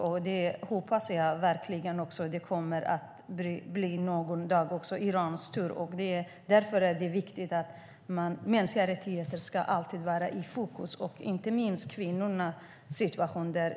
Jag hoppas verkligen att det en dag också blir Irans tur. Därför är det viktigt att mänskliga rättigheter alltid är i fokus. Inte minst gäller det kvinnornas situation.